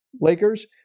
Lakers